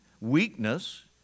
weakness